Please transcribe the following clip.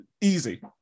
easy